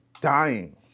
dying